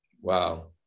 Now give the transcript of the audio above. Wow